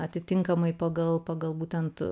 atitinkamai pagal pagal būtent